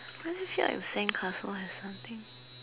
why does it feel like the sandcastle has something